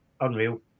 Unreal